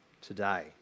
today